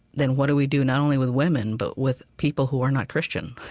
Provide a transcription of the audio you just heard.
then what do we do, not only with women, but with people who are not christian?